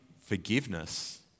forgiveness